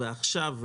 ועכשיו,